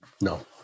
No